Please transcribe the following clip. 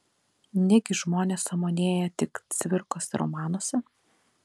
negi žmonės sąmonėja tik cvirkos romanuose